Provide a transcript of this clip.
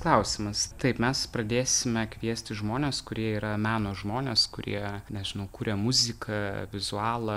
klausimas taip mes pradėsime kviesti žmones kurie yra meno žmonės kurie nežinau kuria muziką vizualą